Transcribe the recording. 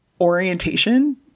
orientation